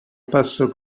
passo